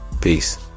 Peace